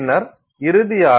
பின்னர் இறுதியாக